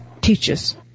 teaches